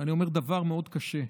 ואני אומר דבר מאוד קשה,